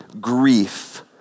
Grief